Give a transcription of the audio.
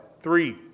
Three